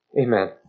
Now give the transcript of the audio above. Amen